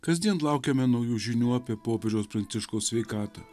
kasdien laukiame naujų žinių apie popiežiaus pranciškaus sveikatą